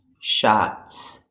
shots